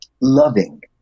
loving